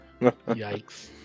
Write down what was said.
yikes